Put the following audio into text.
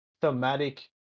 thematic